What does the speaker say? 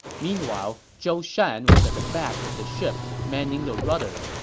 meanwhile, zhou shan was at the back of the ship, manning the rudder.